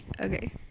Okay